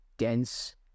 Dense